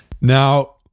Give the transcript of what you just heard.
Now